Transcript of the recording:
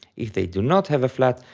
if they do not have a flat,